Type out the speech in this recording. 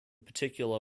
particular